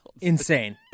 Insane